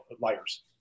liars